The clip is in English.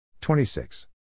26